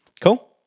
Cool